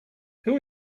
who